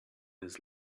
his